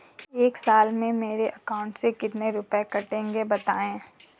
एक साल में मेरे अकाउंट से कितने रुपये कटेंगे बताएँ?